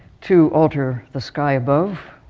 to alter the sky above,